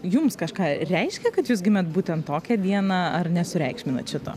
jums kažką reiškia kad jūs gimėt būtent tokią dieną ar nesureikšminat šito